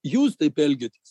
jūs taip elgiatės